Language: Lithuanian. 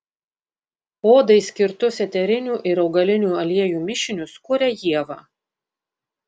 odai skirtus eterinių ir augalinių aliejų mišinius kuria ieva